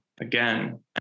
again